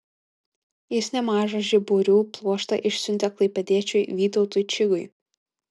jis nemažą žiburių pluoštą išsiuntė klaipėdiečiui vytautui čigui